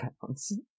pounds